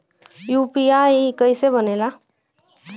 UPI कईसे बनेला?